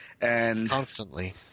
Constantly